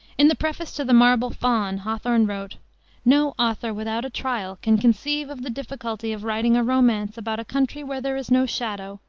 in the preface to the marble faun hawthorne wrote no author without a trial can conceive of the difficulty of writing a romance about a country where there is no shadow,